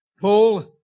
Paul